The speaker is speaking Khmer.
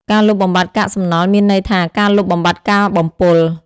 ការលុបបំបាត់កាកសំណល់មានន័យថាការលុបបំបាត់ការបំពុល។